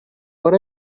put